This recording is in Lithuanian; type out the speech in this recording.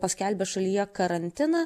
paskelbė šalyje karantiną